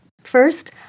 First